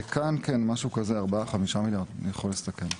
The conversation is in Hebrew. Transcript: כן, משהו כזה, 4-5 מיליארד, אני יכול להסתכל.